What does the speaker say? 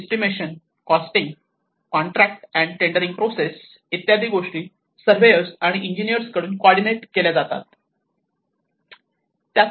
estimation costing contract and tendering process Estimations costing the contract and tendering process इत्यादी गोष्टी surveyor आणि engineers कडून coordinate केल्या जातील